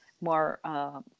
more